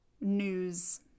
news